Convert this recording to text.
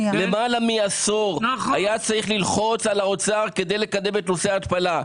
למעלה מעשור היה צריך ללחוץ על האוצר כדי לקדם את נושא ההתפלה.